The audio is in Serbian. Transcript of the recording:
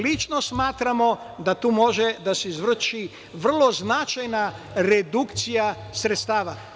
Lično smatramo da tu može da se izvrši vrlo značajna redukcija sredstava.